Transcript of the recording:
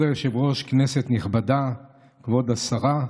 כבוד היושב-ראש, כנסת נכבדה, כבוד השרה,